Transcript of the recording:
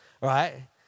Right